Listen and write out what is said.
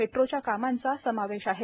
मेट्रोच्या कामांचा समावेश आहे